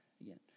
again